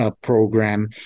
program